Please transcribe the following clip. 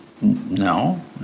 no